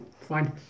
Fine